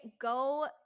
go